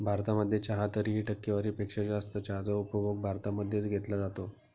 भारतामध्ये चहा तरीही, टक्केवारी पेक्षा जास्त चहाचा उपभोग भारतामध्ये च घेतला जातो